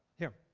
here.